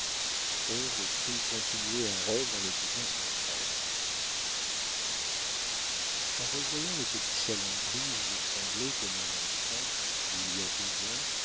crut continuer un rêve en écoutant son frère en revoyant le petit salon gris où je tremblais comme un enfant il y a deux ans